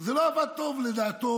זה לא עבד טוב לדעתו.